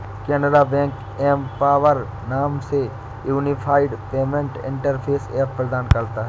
Canara bank empower नाम से unified payment interface app प्रदान करता हैं